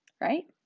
Right